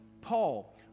Paul